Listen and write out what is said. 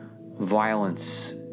violence